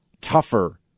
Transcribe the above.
tougher